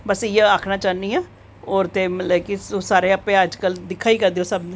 बस इयै आक्खना चाह्न्नी आं ते होर मतलब कि सारे आपें दिक्खा ई करदे